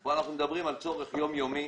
פה אנחנו מדברים על צורך יומיומי